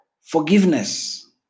Forgiveness